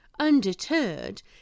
Undeterred